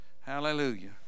Hallelujah